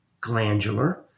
glandular